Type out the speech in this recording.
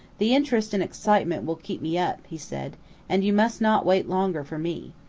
the interest and excitement will keep me up, he said and you must not wait longer for me.